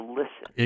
listen